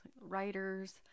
writers